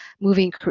moving